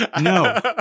no